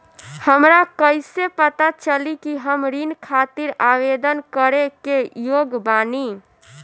हमरा कईसे पता चली कि हम ऋण खातिर आवेदन करे के योग्य बानी?